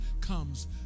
comes